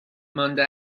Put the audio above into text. مانده